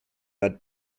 led